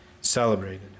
celebrated